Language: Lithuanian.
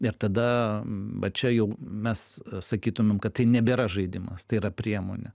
ir tada va čia jau mes sakytumėm kad tai nebėra žaidimas tai yra priemonė